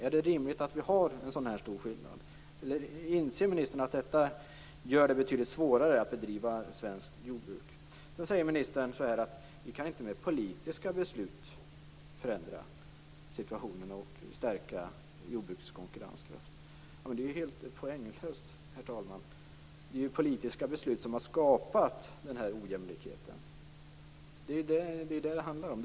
Är det alltså rimligt att det skiljer så mycket? Inser ministern att detta gör det betydligt svårare att bedriva svenskt jordbruk? Ministern säger: Vi kan inte med politiska beslut förändra situationen och stärka jordbrukets konkurrenskraft. Jag ser ingen poäng i detta. Det är ju politiska beslut som har skapat den här ojämlikheten; det är vad det handlar om.